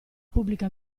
pubblica